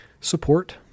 Support